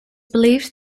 believed